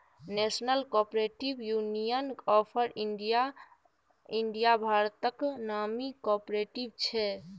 national cooperative union of India भारतक नामी cooperative छै